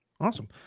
awesome